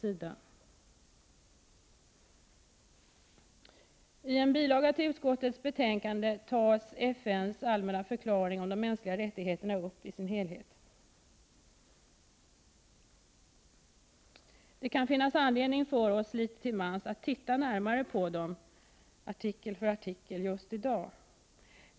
I en bilaga till utskottets betänkande finns FN:s allmänna förklaring om de mänskliga rättigheterna i sin helhet. Det kan finnas anledning för oss litet till mans att se närmare på dem artikel för artikel just i dag.